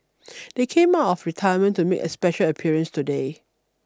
they came out of retirement to make a special appearance today